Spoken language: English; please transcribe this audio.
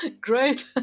Great